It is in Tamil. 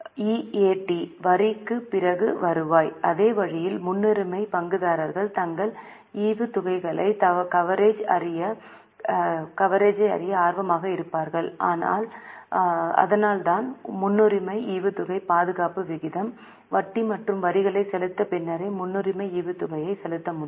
இ ங்கே EAT வரிக்குப் பிறகு வருவாய் அதே வழியில் முன்னுரிமை பங்குதாரர்கள் தங்கள் ஈவுத்தொகைக்கான கவரேஜை அறிய ஆர்வமாக இருப்பார்கள் அதனால் தான் முன்னுரிமை ஈவுத்தொகை பாதுகாப்பு விகிதம் வட்டி மற்றும் வரிகளை செலுத்திய பின்னரே முன்னுரிமை ஈவுத் தொகையை செலுத்த முடியும்